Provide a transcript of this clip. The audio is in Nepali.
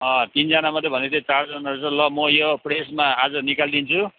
तिनजना मात्रै भनेको थियौ चारजना रहेछ ल म यो प्रेसमा आज निकाल्दिन्छु